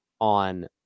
on –